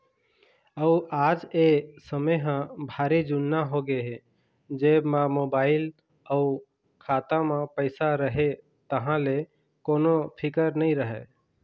अउ आज ए समे ह भारी जुन्ना होगे हे जेब म मोबाईल अउ खाता म पइसा रहें तहाँ ले कोनो फिकर नइ रहय